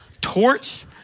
torch